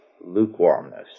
lukewarmness